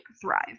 thrive